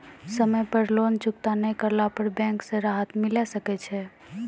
समय पर लोन चुकता नैय करला पर बैंक से राहत मिले सकय छै?